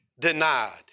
denied